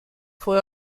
fue